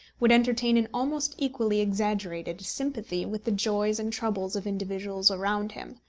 would entertain an almost equally exaggerated sympathy with the joys and troubles of individuals around him.